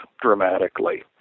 dramatically